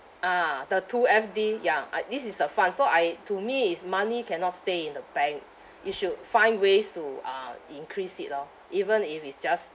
ah the two F_D ya uh this is the fund so I to me is money cannot stay in the bank you should find ways to uh increase it lor even if it's just